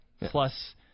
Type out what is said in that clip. plus